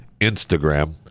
Instagram